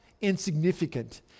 insignificant